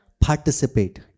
Participate